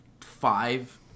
five